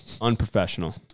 Unprofessional